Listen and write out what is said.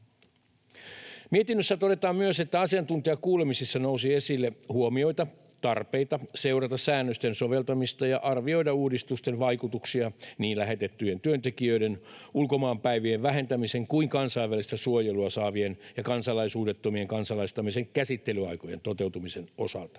Mietinnössä todetaan myös, että asiantuntijakuulemisissa nousi esille huomioita, tarpeita seurata säännösten soveltamista ja arvioida uudistusten vaikutuksia niin lähetettyjen työntekijöiden ulkomaanpäivien vähentämisen kuin kansainvälistä suojelua saavien ja kansalaisuudettomien kansalaistamisen käsittelyaikojen toteutumisen osalta,